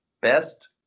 best